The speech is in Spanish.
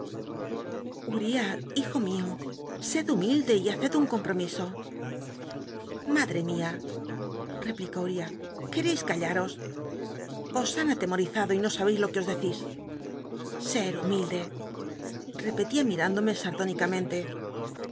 uriab hijo mio sed humilde y haced un compromiso mad re mia respondió uriah quereis callaros os han atemorizado y no sabeis lo qu e os decís ser humi